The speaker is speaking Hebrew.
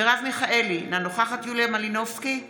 מרב מיכאלי, אינה נוכחת יוליה מלינובסקי קונין,